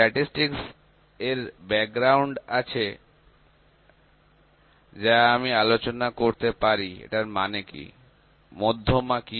statistics এর পটভূমিকা হিসাবে আমি এখানে আলোচনা করতে পারি মধ্যমা কি